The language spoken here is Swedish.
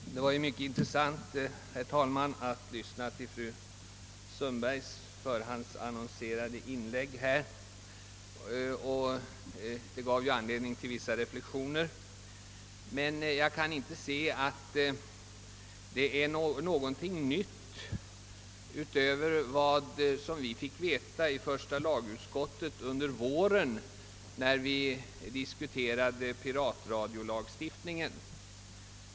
Herr talman! Det var mycket intressant att lyssna till fru Sundbergs förhandsannonserade inlägg, som gav anledning till vissa reflexioner. Jag kan emellertid inte se, att det innehåller någonting nytt utövar vad vi fick veta i första lagutskottet under våren, när vi diskuterade piratradiolagstiftningen.